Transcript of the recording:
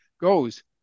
goes